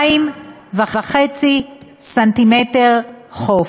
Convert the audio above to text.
2.5 ס"מ חוף.